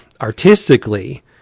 artistically